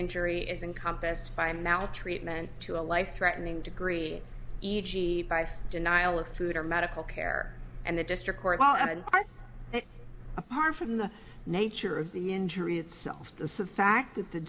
injury is encompassed by maltreatment to a life threatening degree e g by denial of food or medical care and the district court all of it apart from the nature of the injury itself the fact that the